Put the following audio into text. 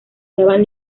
daban